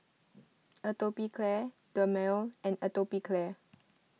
Atopiclair Dermale and Atopiclair